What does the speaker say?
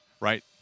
right